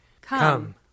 Come